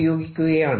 ഉപയോഗിക്കുകയാണ്